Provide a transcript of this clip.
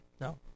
No